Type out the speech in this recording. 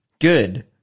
Good